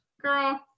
Girl